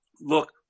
look